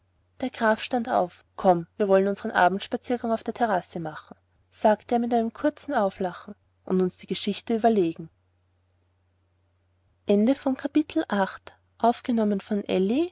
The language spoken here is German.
der graf stand auf komm wir wollen unsern abendspaziergang auf der terrasse machen sagte er mit einem kurzen auflachen und uns die geschichte überlegen